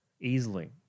Easily